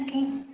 okay